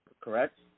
correct